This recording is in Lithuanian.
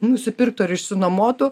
nusipirktų ar išsinuomotų